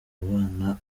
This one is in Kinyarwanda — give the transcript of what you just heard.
bana